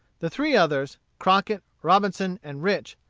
the three others, crockett, robinson, and rich,